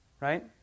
right